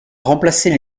remplacer